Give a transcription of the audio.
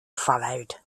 followed